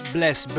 Bless